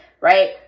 right